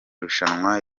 rushanwa